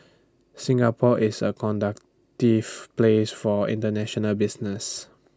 Singapore is A conductive place for International business